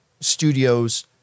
studios